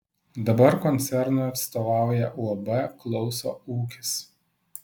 dabar koncernui atstovauja uab klauso ūkis